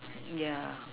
yeah